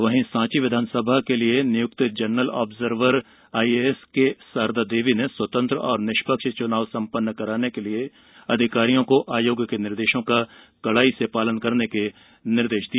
वहीं सांची विधानसभा के लिए नियुक्त जनरल ऑब्जर्वर आईएएस के सारदा देवी ने स्वतंत्र एवं निष्पक्ष चुनाव सम्पन्न कराने के लिए अधियारियों को आयोग के निर्देशों का कड़ाई से पालन करने के निर्देष दिए